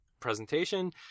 Presentation